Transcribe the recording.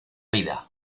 vida